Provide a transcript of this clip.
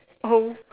oh